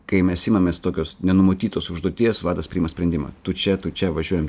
kai mes imamės tokios nenumatytos užduoties vadas priima sprendimą tu čia tu čia važiuojam